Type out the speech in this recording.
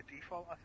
default